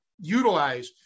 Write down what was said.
utilize